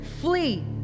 flee